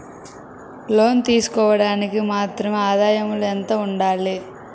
లోను తీసుకోవడానికి మంత్లీ ఆదాయము ఎంత ఉండాలి?